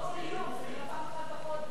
לא כל יום, זה רק פעם אחת בחודש.